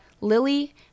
lily